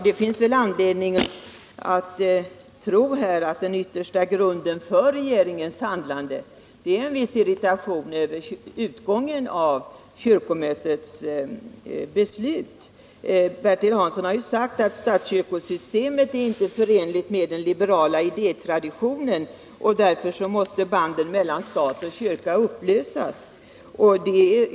Det finns anledning att tro att den yttersta grunden för regeringens handlande är en viss irritation över kyrkomötets beslut. Bertil Hansson har sagt att statskyrkosystemet inte är förenligt med den liberala idétraditionen och att banden mellan stat och kyrka därför måste upplösas.